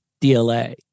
DLA